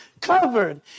covered